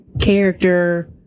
Character